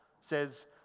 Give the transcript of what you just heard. says